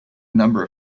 number